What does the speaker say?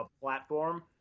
platform